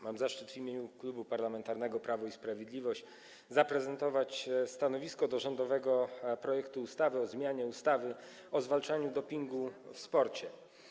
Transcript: Mam zaszczyt w imieniu Klubu Parlamentarnego Prawo i Sprawiedliwość zaprezentować stanowisko wobec rządowego projektu ustawy o zmianie ustawy o zwalczaniu dopingu w sporcie.